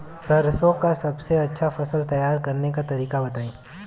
सरसों का सबसे अच्छा फसल तैयार करने का तरीका बताई